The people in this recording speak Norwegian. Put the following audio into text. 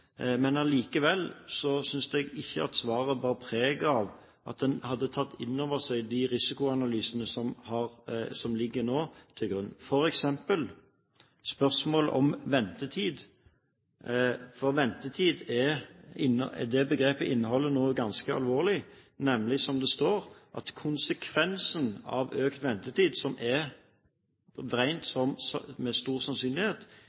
synes jeg ikke svaret bar preg av at en hadde tatt inn over seg de risikoanalysene som nå ligger til grunn, f.eks. spørsmål om ventetid. For begrepet «ventetid» innebærer noe ganske alvorlig, nemlig, som det står, at konsekvensene av økt ventetid for pasientene – som er beregnet med stor sannsynlighet